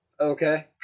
okay